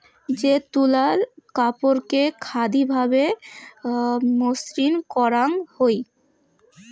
যে তুলার কাপড়কে খাদি ভাবে মসৃণ করাং হই